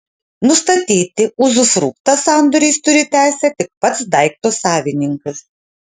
nustatyti uzufruktą sandoriais turi teisę tik pats daikto savininkas